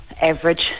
average